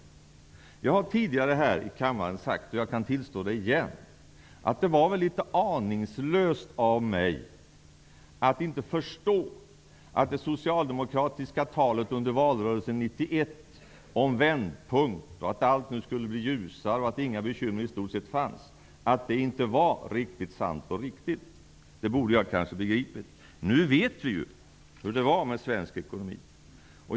Jag har tidigare sagt här i kammaren, och jag kan tillstå det igen, att det väl var litet aningslöst av mig att inte förstå att det socialdemokratiska talet under valrörelsen 1991 om en vändpunkt -- allt skulle bli ljusare, det fanns i stort sett inga bekymmer -- inte var riktigt sant. Det borde jag kanske ha begripit. Nu vet vi hur det stod till med den svenska ekonomin.